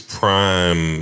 prime